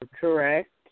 correct